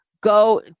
go